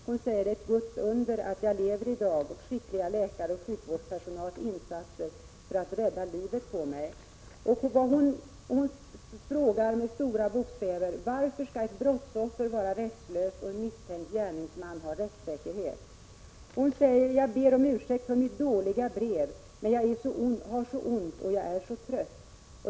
Hon skriver: ”Det är ett stort Guds under att jag lever i dag och skickliga läkare och sjukvårdspersonals insatser för att rädda livet på mig.” Hon frågar med stora bokstäver: ”Varför skall ett brottsoffer vara rättslöst och en misstänkt gärningsman ha rättssäkerhet?” Hon skriver: ”Jag ber om ursäkt för mitt dåliga brev, men ——— jag har så ont och är så trött.